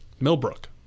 Millbrook